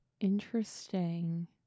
interesting